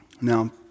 Now